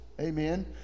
Amen